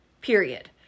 period